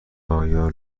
آیا